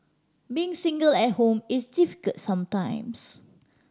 being single at home is difficult sometimes